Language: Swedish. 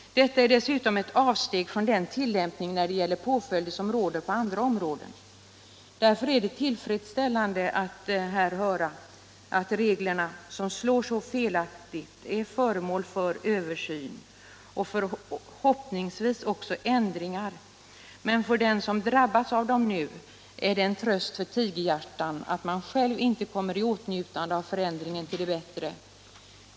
Detta är dessutom ett avsteg från den tillämpning när det gäller påföljder som råder på andra områden. Därför är det tillfredsställande att här höra att reglerna som slår så felaktigt är föremål för översyn och förhoppningsvis ändringar. Men för den som drabbats av dem nu är det en tröst för tigerhjärtan att själv inte komma i åtnjutande av förändringen till det bättre.